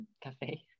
cafe